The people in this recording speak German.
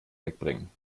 wegbringen